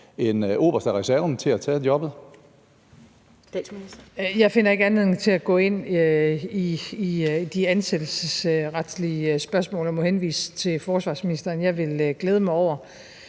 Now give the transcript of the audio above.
(Mette Frederiksen): Jeg finder ikke anledning til at gå ind i de ansættelsesretslige spørgsmål og må henvise til forsvarsministeren. Jeg vil glæde mig over,